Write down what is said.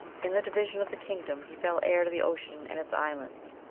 in the division of the kingdom he fell heir to the ocean and its islands,